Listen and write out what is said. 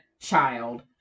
child